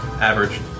average